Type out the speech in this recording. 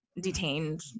detained